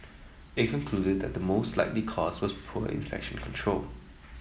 it concluded that the most likely cause was poor infection control